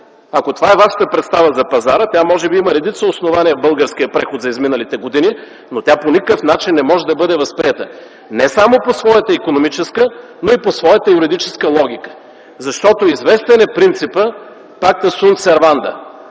Ако това е вашата представа за пазара, тя може би има редица основания в българския преход за изминалите години, но тя по никакъв начин не може да бъде възприета не само по своята икономическа, но и по своята юридическа логика. Известен е принципът „Пакта сунт серванда”.